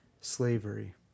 slavery